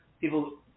people